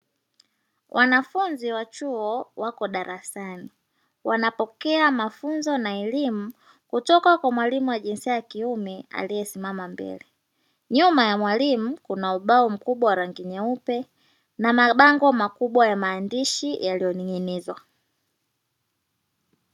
Wanafunzi wa chuo wako darasani wanapokea mafunzo na elimu kutoka kwa mwalimu wa jinsia ya kiume aliyesimama mbele, nyuma ya mwalimu kuna ubao mkubwa wa rangi nyeupe na mabango makubwa ya maandishi yaliyoning'inizwa.